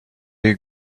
you